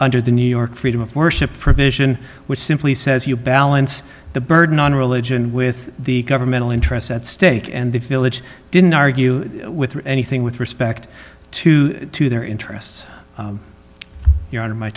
under the new york freedom of worship provision which simply says you balance the burden on religion with the governmental interests at stake and the village didn't argue with anything with respect to their interests your honor my